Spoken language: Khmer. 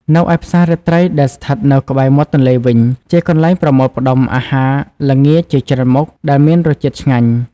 ឯនៅផ្សាររាត្រីដែលស្ថិតនៅក្បែរមាត់ទន្លេវិញ ជាកន្លែងប្រមូលផ្តុំអាហារល្ងាចជាច្រើនមុខដែលមានរសជាតិឆ្ងាញ់ ។